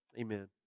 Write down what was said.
amen